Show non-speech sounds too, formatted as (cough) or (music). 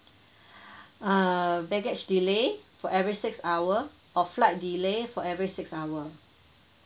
(breath) err baggage delay for every six hour or flight delay for every six hour